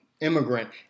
immigrant